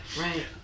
Right